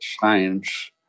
science